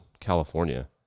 California